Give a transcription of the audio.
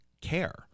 care